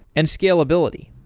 and scalability.